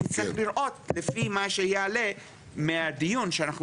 צריך לראות לפי מה שיעלה מהדיון שאנחנו